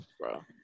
bro